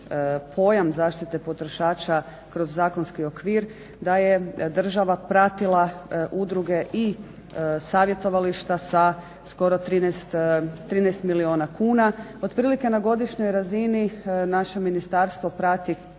pojam zaštite potrošača kroz zakonski okvir da je država pratila udruge i savjetovališta sa skoro 13 milijuna kuna, otprilike na godišnjoj razini naše ministarstvo prati